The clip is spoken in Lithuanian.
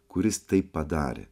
kuris tai padarė